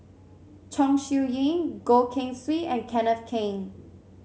Chong Siew Ying Goh Keng Swee and Kenneth Keng